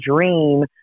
dream